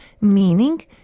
meaning